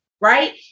right